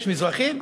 יש מזרחים,